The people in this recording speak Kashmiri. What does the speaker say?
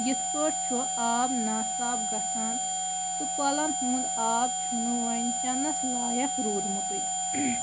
یِتھ پٲٹھۍ چھُ آب ناصاف گژھان تہٕ کۄلَن ہُںٛد آب چھُنہٕ وۄنۍ چٮ۪نَس لایق روٗدمُتٕے